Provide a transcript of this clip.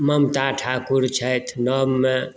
ममता ठाकुर छथि नवमे